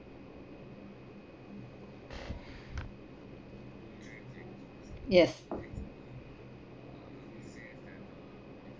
yes